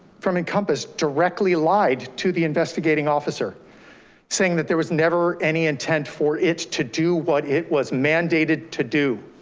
from encompass directly lied to the investigating officer saying that, there was never any intent for it to do what it was mandated to do.